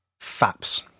Faps